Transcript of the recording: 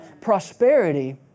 Prosperity